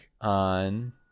on